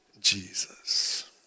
Jesus